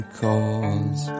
cause